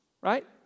Right